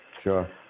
Sure